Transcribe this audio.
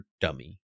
dummy